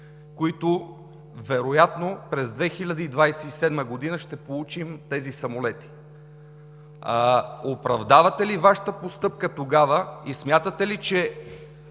които вероятно през 2027 г. ще получим тези самолети. Оправдавате ли Вашата постъпка тогава и смятате ли, че